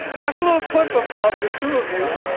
that's a little clip of of the two of you. yep.